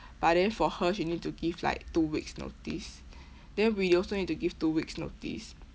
but then for her she need to give like two weeks notice then we also need to give two weeks notice